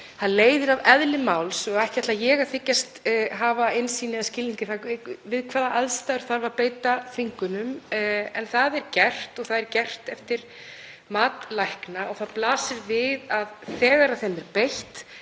það leiðir af eðli máls og ekki ætla ég að þykjast hafa innsýn eða skilningi á því við hvaða aðstæður þarf að beita þvingunum, en það er gert og gert eftir mat lækna og það blasir við að þegar þeim er beitt